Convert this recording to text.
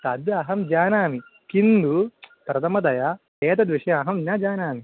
तद् अहं जानामि किन्तु प्रथमदया एतद्विषये अहं न जानामि